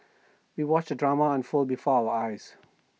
we watched the drama unfold before our eyes